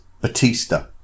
Batista